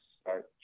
start